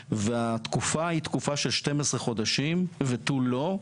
והתקופה היא תקופה של 12 חודשים ותו לא.